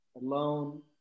alone